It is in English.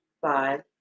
five